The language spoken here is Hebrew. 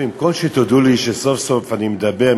במקום שתודו לי שסוף-סוף אני מדבר,